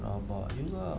rabak juga